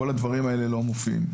כל הדברים האלה לא מופיעים.